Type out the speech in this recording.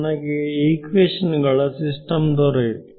ನನಗೆ ಇಕ್ವೇಶನ್ ಗಳ ಸಿಸ್ಟಮ್ ದೊರೆಯಿತು